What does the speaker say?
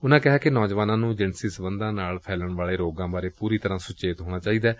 ਉਨੂਾ ਕਿਹਾ ਕਿ ਨੌਜਵਾਨਾਂ ਨੂੰ ਜਿਨਸੀ ਸਬੰਧੀ ਨਾਲ ਫੈਲਣ ਵਾਲੇ ਰੋਗਾਂ ਬਾਰੇ ਪੂਰੀ ਤਰ੍ਕਾਂ ਸੁਚੇਤ ਹੋਣਾ ਚਾਹੀਦੈ